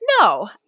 No